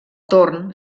torn